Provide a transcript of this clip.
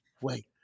Wait